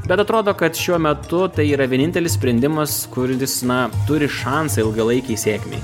bet atrodo kad šiuo metu tai yra vienintelis sprendimas kuris na turi šansą ilgalaikei sėkmei